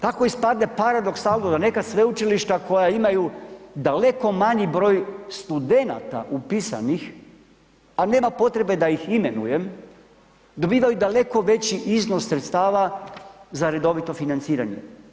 Tako ispadne paradoksalno da neka sveučilišta koja imaju daleko manji broj studenata upisanih, a nema potrebe da ih imenujem, dobivaju daleko veći iznos sredstava za redovito financiranje.